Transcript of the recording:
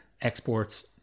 Exports